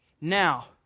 now